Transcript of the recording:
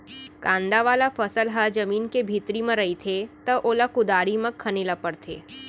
कांदा वाला फसल ह जमीन के भीतरी म रहिथे त ओला कुदारी म खने ल परथे